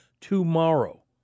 tomorrow